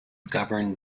governed